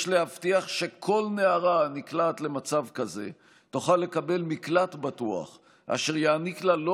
יש להבטיח שכל נערה הנקלעת למצב כזה תוכל לקבל מקלט בטוח אשר יעניק לה לא